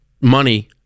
money